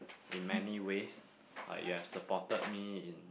in many ways ah ya supported me in